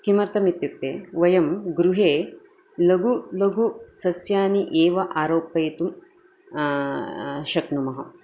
किमर्थमित्युक्ते वयं गृहे लघु लघु सस्यानि एव आरोपयितुं शक्नुमः